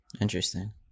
Interesting